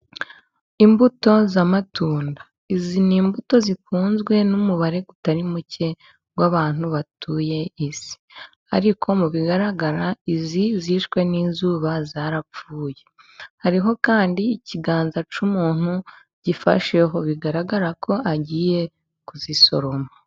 Imbuto z'amatunda; izi ni imbuto zikunzwe n'umubare utari muke w'abantu batuye isi. Ariko mu bigaragara izi zishwe n'izuba, zarapfuye. Hariho kandi ikiganza cy'umuntu gifasheho bigaragara ko agiye kuzisoroma.